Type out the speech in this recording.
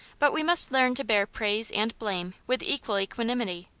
but we must learn to bear praise and blame with equal equanimity.